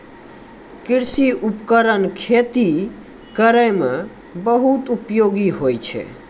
कृषि उपकरण खेती करै म बहुत उपयोगी होय छै